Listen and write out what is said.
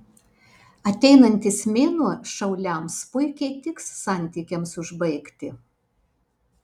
ateinantis mėnuo šauliams puikiai tiks santykiams užbaigti